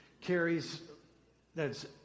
carries—that's